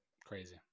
crazy